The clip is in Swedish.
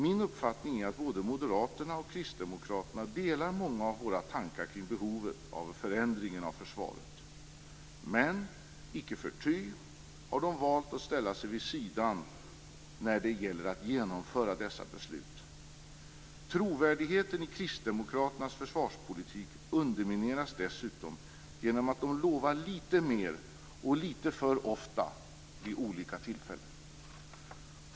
Min uppfattning är att både Moderaterna och Kristdemokraterna delar många av våra tankar kring behovet av förändringen av försvaret. Men icke förty har de valt att ställa sig vid sidan när det gäller att genomföra dessa beslut. Trovärdigheten i Kristdemokraternas försvarspolitik undermineras dessutom genom att de lovar lite mer och lite för ofta vid olika tillfällen.